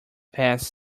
passed